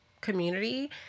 community